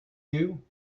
you